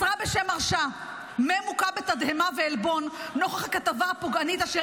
מסרה בשם מרשה: "מ' הוכה בתדהמה ועלבון נוכח הכתבה הפוגענית אשר